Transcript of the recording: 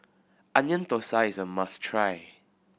Onion Thosai is a must try